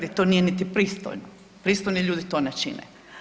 To nije niti pristojno, pristojni ljudi to ne čine.